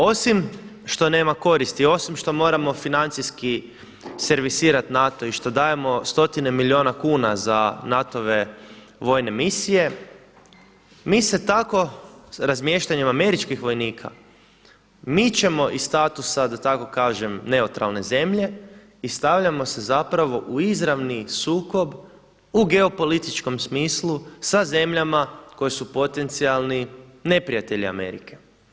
Osim što nema koristi, osim što moramo financijski servisirati NATO i što dajemo stotine milijuna kuna za NATO-ve vojne misije, mi se tako razmještanjem američkih vojnika mi ćemo iz statusa da tako kažem neutralne zemlje i stavljamo se u izravni sukob u geopolitičkom smislu sa zemljama koje su potencijalni neprijatelji Amerike.